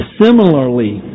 Similarly